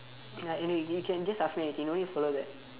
ya and you you can just ask me anything don't need to follow that